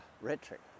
rhetoric